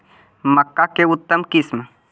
मक्का के उतम किस्म?